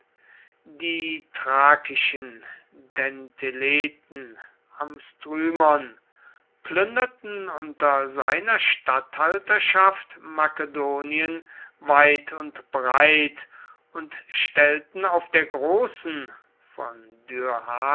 die thrakischen dentheleten am strymon plünderten unter seiner statthalterschaft makedonien weit und breit und stellten auf der großen von